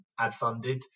ad-funded